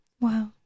Wow